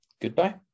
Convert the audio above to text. goodbye